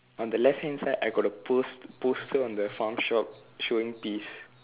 on the left hand side I got a post~ poster on the farm shop showing peas